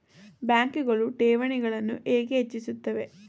ಬ್ಯಾಂಕುಗಳು ಠೇವಣಿಗಳನ್ನು ಹೇಗೆ ಹೆಚ್ಚಿಸುತ್ತವೆ?